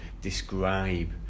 describe